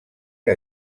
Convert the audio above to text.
que